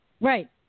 Right